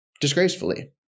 disgracefully